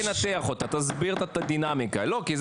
כללית מושלם.